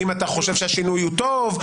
אם אתה חושב שהשינוי הוא טוב,